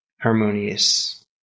harmonious